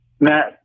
Matt